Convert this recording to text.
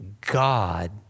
God